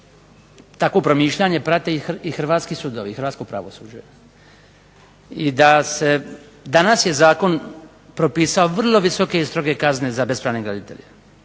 takvo promišljanje prate i hrvatski sudovi i hrvatsko pravosuđe. I da se danas je zakon propisao vrlo visoke i stroge kazne za bespravne graditelje.